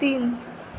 तीन